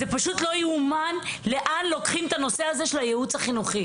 זה פשוט לא יאומן לאן לוקחים את הנושא הזה של הייעוץ החינוכי.